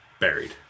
buried